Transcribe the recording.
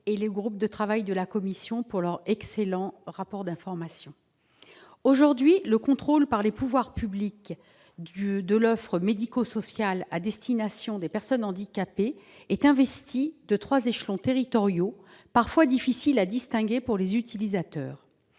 et les membres du groupe de travail pour cet excellent rapport d'information. Aujourd'hui, le contrôle par les pouvoirs publics de l'offre médico-sociale à destination des personnes handicapées relève de trois échelons territoriaux, dont les rôles sont parfois difficiles à distinguer pour les utilisateurs.